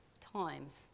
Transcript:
times